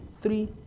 three